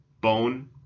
Bone